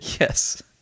Yes